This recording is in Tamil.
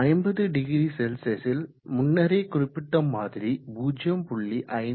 50°C ல் முன்னரே குறிப்பிட்ட மாதிரி 0